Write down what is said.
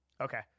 Okay